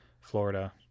Florida